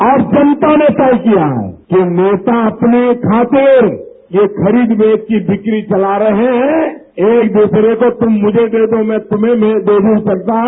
अब जनता ने तय किया है कि नेता अपनी खातिर जो खरीद मेद की बिक्री चला रहे हैं एक दूसरे को तम मुझे दो मैं तुम्हें दे दूं चलता है